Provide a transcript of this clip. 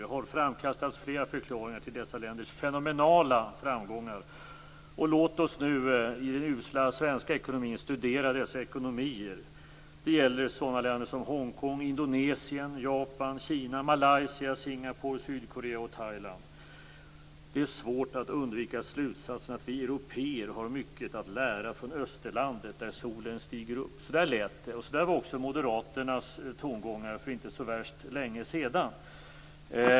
Det har framkastats flera förklaringar till dessa länders fenomenala framgångar. Låt oss nu i den usla svenska ekonomin studera dessa ekonomier. Det gäller sådana länder som Hong Kong, Indonesien, Thailand. Det är svårt att undvika slutsatsen att vi européer har mycket att lära från Österlandet där solen stiger upp." Så där lät det. Så lät också moderaternas tongångar för inte så värst länge sedan.